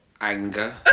anger